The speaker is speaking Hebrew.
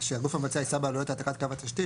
שהגוף המבצע יישא בעלויות העתקת קו התשתית,